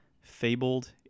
fabled